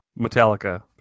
Metallica